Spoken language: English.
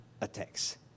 attacks